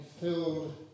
filled